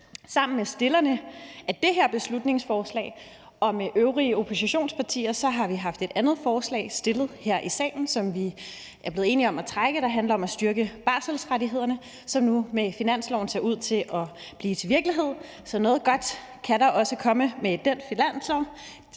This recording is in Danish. Sammen med stillerne af det her beslutningsforslag og øvrige oppositionspartier har vi haft et andet forslag fremsat her i salen, som vi er blevet enige om at trække, der handler om at styrke barselsrettighederne, og som nu med finansloven ser ud til at blive til virkelighed. Så noget godt kan der også komme ud af den finanslov.